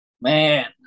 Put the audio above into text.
Man